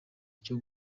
cyo